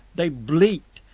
they bleat.